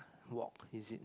work is it